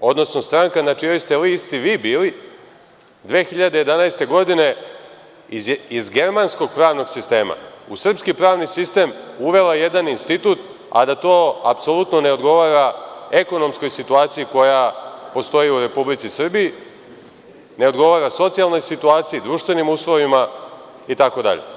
odnosno stranka na čijoj ste listi vi bili 2011. godine iz germanskog pravnog sistema u srpski pravni sistem uvela jedan institut, a da to apsolutno ne odgovara ekonomskoj situaciji koja postoji u Republici Srbiji, ne odgovara socijalnoj situaciji, društvenim uslovima itd.